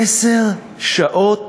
עשר שעות,